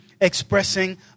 expressing